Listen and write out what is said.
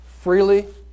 Freely